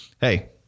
Hey